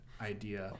idea